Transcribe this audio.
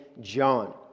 John